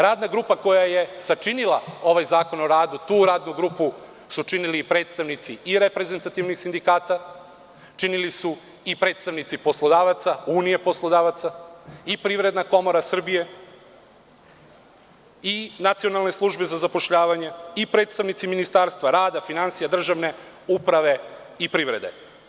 Radna grupa koja je sačinila ovaj Zakon o radu, tu radnu grupu su činili predstavnici i reprezentativnog sindikata, činili su i predstavnici poslodavaca, Unije poslodavaca, i Privredna komora Srbije, i nacionalne službe za zapošljavanje, i predstavnici ministarstva, rada, finansija, državne uprave i privrede.